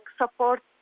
support